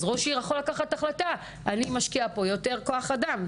אז ראש עיר יכול לקחת החלטה שהוא משקיע שם יותר כוח אדם.